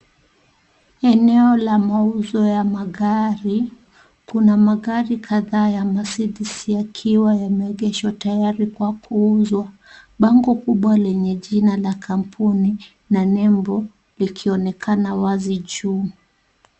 Eneo ya mauzo ya mauzo ya magari, kuna magari kadhaa ya Mercedes yakiwa yameegeshwa tayari kwa kuuzwa. Bango kubwa lenye jina ya kampuni na nembo likionekana wazi juu.